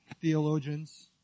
theologians